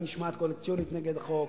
משמעת סיעתית נגד החוק.